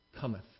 cometh